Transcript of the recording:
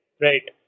Right